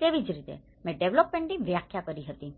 તેવી જ રીતે મેં ડેવેલપમેન્ટ ની વ્યાખ્યા કરી હતી